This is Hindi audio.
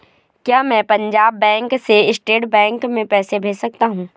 क्या मैं पंजाब बैंक से स्टेट बैंक में पैसे भेज सकता हूँ?